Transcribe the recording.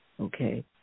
okay